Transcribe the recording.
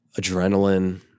adrenaline